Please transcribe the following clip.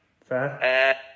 Fair